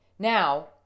Now